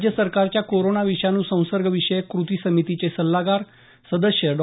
राज्य सरकारच्या कोरोना विषाणू संसर्ग विषयक कृती समितीचे सल्लागार सदस्य डॉ